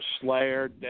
Slayer